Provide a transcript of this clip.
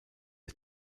the